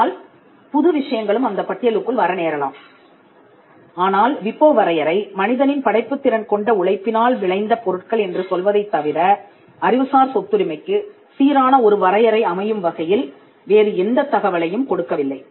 ஆனால் புது விஷயங்களும் அந்தப் பட்டியலுக்குள் வர நேரலாம் ஆனால் விபோ வரையறை மனிதனின் படைப்புத் திறன் கொண்ட உழைப்பினால் விளைந்த பொருட்கள் என்று சொல்வதைத் தவிர அறிவுசார் சொத்துரிமைக்கு சீரான ஒரு வரையறை அமையும் வகையில் வேறு எந்தத் தகவலையும் கொடுக்கவில்லை